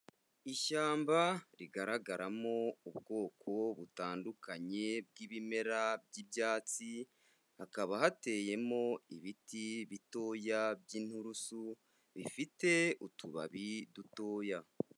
Ishyamba rigaragaramo ubwoko butandukanye bw'ibimera by'ibyatsi, hakaba hateyemo ibiti bitoya by'inturusu bifite utubabi dutoya.